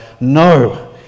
no